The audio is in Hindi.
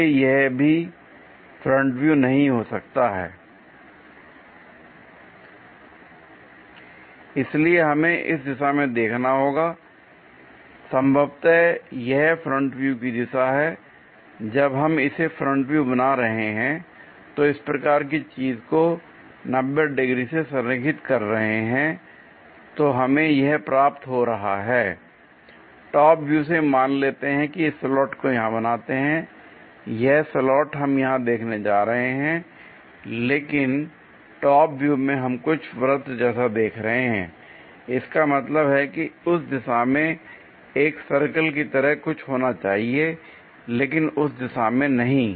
इसलिए यह भी फ्रंट व्यू नहीं हो सकता है l इसलिए हमें इस दिशा में देखना होगा l संभवत यह फ्रंट व्यू की दिशा है जब हम इसे फ्रंट व्यू बना रहे हैं इस प्रकार की चीज को 90 डिग्री से संरेखित कर रहे हैं तो हमें यह प्राप्त हो रहा है l टॉप व्यू से मान लेते हैं कि इस स्लॉट को यहां बनाते हैं यह स्लॉट हम यहां देखने जा रहे हैं लेकिन टॉप व्यू में हम कुछ वृत्त जैसा देख रहे हैं l इसका मतलब है उस दिशा में एक सर्कल की तरह कुछ होना चाहिए लेकिन उस दिशा में नहीं